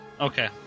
Okay